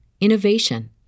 innovation